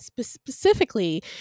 specifically